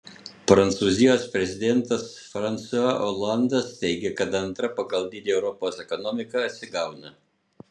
prancūzijos prezidentas fransua olandas teigia kad antra pagal dydį europos ekonomika atsigauna